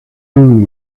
moon